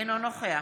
אינו נוכח